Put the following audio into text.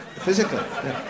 physically